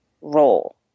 role